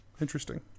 Interesting